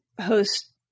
host